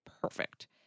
perfect